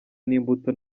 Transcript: n’imbuto